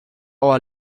our